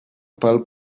pel